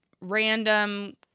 random